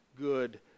good